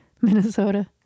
Minnesota